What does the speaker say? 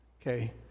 Okay